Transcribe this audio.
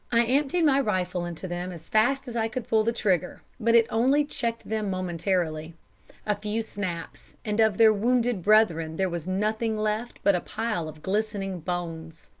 i emptied my rifle into them as fast as i could pull the trigger, but it only checked them momentarily a few snaps, and of their wounded brethren there was nothing left but a pile of glistening bones.